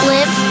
Live